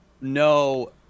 no